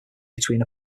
between